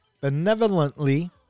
benevolently